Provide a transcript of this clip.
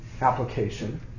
application